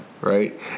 right